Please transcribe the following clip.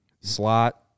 Slot